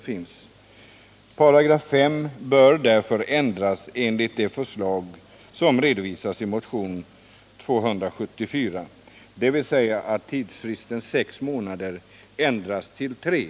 5 § bör därför ändras enligt det förslag som redovisas i motionen 274, dvs. så att tidsfristen sex månader ändras till tre.